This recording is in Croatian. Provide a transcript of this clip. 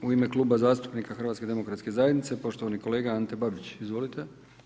U ime Kluba zastupnika Hrvatske demokratske zajednice poštovani kolega Ante Babić, izvolite.